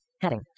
heading